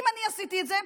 אם אני עשיתי את זה,